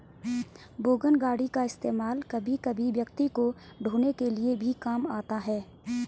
wagon गाड़ी का इस्तेमाल कभी कभी व्यक्ति को ढ़ोने के लिए भी काम आता है